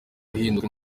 ahinduka